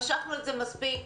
משכנו את זה מספיק,